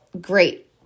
Great